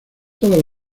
todas